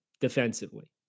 Defensively